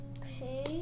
Okay